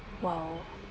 !wow!